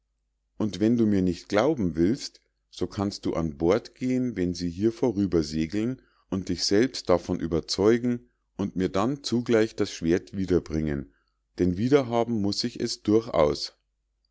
und wenn du mir nicht glauben willst so kannst du an bord gehen wenn sie hier vorüber segeln und dich selbst davon überzeugen und mir dann zugleich das schwert wiederbringen denn wiederhaben muß ich es durchaus